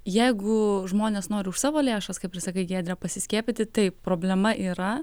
jeigu žmonės nori už savo lėšas kaip ir sakai giedre pasiskiepyti taip problema yra